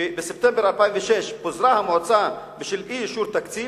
בספטמבר 2006 פוזרה המועצה בשל אי-אישור תקציב,